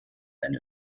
eine